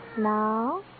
Now